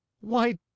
Why